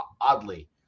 oddly